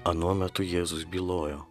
anuo metu jėzus bylojo